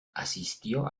asistió